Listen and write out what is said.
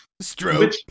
Stroke